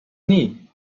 nii